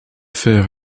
fer